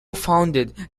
founded